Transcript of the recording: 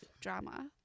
drama